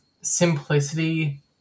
simplicity